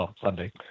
Sunday